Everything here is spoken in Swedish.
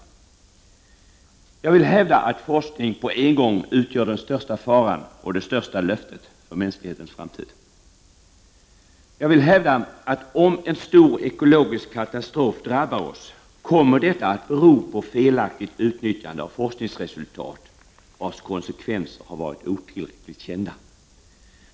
O Jag vill hävda att forskning på en gång utgör den största faran och det största löftet för mänsklighetens framtid. O Jag vill hävda att om en stor ekologisk katastrof drabbar oss, kommer detta att bero på felaktigt utnyttjande av forskningsresultat, vars konsekvenser varit otillräckligt kända.